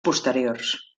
posteriors